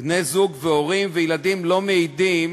בני-זוג וילדים, הם לא מעידים